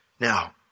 Now